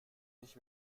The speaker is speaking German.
nicht